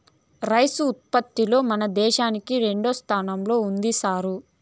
rice ఉత్పత్తిలో మన దేశంకి రెండోస్థానం ఉండాది సారూ